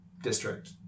district